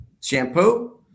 Shampoo